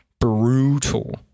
brutal